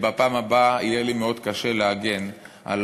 בפעם הבאה יהיה לי מאוד קשה להגן על